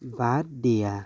বাদ দিয়া